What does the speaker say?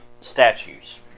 statues